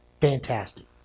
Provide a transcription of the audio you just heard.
Fantastic